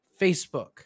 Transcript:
Facebook